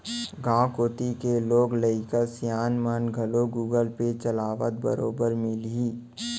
गॉंव कोती के लोग लइका सियान मन घलौ गुगल पे चलात बरोबर मिलहीं